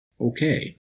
okay